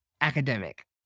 academic